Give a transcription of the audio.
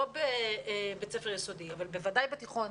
לא בבית ספר יסודי אבל בוודאי בתיכון,